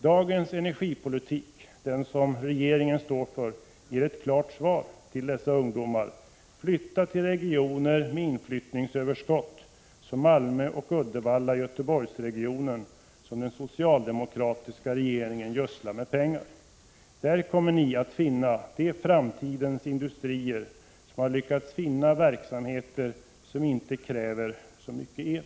Dagens energipolitik — den som regeringen står för — ger ett klart svar till dessa ungdomar: Flytta till regioner med inflyttningsöverskott, som Malmö-, Uddevallaoch Göteborgsregionerna, som den socialdemokratiska regeringen gödslar med pengar! Där kommer ni att hitta de framtidsindustrier som har lyckats finna verksamheter som inte kräver så mycket el.